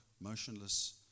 motionless